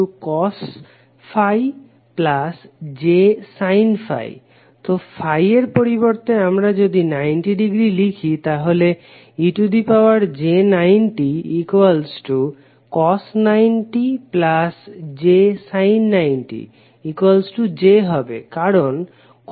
তো ∅ এর পরিবর্তে আমরা যদি 90 ডিগ্রী লিখি তাহলে ej90cos90jsin90j হবে কারণ cos 90 শূন্য হয়